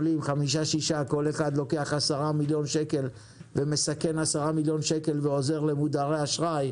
כל אחד לוקח ומסכן 10 מיליון שקל ועוזר למודרי אשראי.